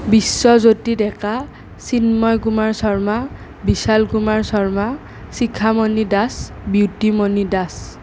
Biswa Jyoti Deka Chinmoy Kumar Sharma Bishal Kumar Sharma Shikhamoni Das Beautimoni Das